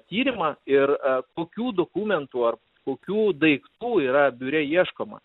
tyrimą ir a kokių dokumentų ar kokių daiktų yra biure ieškoma